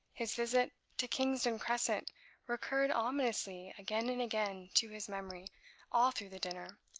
his visit to kingsdown crescent recurred ominously again and again to his memory all through the dinner,